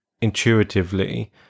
intuitively